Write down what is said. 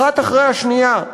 האחת אחרי השנייה,